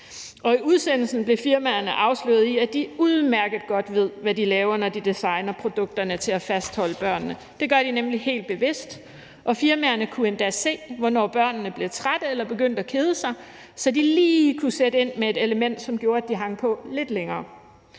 I udsendelsen blev firmaerne afsløret i, at de udmærket godt ved, hvad de laver, når de designer produkterne til at fastholde børnene. Det gør de nemlig helt bevidst, og firmaerne kunne endda se, hvornår børnene blev trætte eller begyndte at kede sig, så de lige kunne sætte ind med et element, som gjorde, at børnene hang på lidt længere.